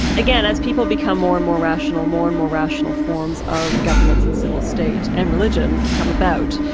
again, as people become more and more rational, more and more rational forms of governance and civil state and religion come about.